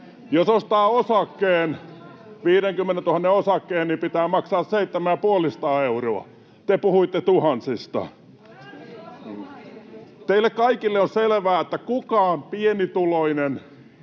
Jos ostaa 50 000:n osakkeen, niin pitää maksaa 750 euroa. Te puhuitte tuhansista. Teille kaikille on selvää, että kukaan pienituloinen,